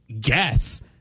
guess